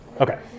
Okay